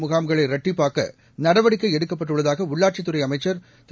முகாம்களை இரட்டிப்பாக்க நடவடிக்கை எடுக்கப்பட்டுள்ளதாக உள்ளாட்சித்துறை அமைச்சர் திரு